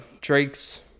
Drake's